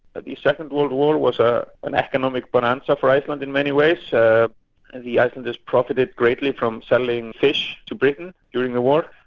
ah the second world war was ah an economic bonanza for iceland in many ways. and the icelanders profited greatly from selling fish to britain during the war,